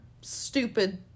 stupid